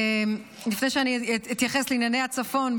לפני שאני אתייחס לענייני הצפון,